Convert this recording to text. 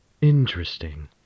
Interesting